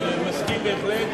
אני מסכים בהחלט.